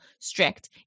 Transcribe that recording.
strict